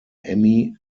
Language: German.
emmy